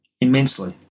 Immensely